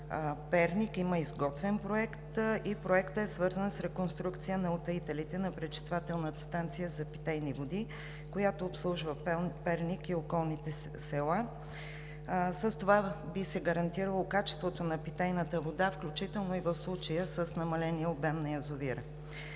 Перник, има изготвен проект. Проектът е свързан с реконструкция на утаителите на пречиствателната станция за питейни води, която обслужва Перник и околните села. С това би се гарантирало качеството на питейната вода, включително и в случая с намаления обем на язовира.